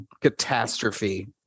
catastrophe